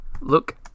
Look